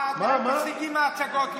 תפסיקי עם ההצגות.